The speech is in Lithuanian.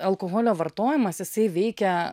alkoholio vartojimas jisai veikia